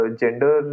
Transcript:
gender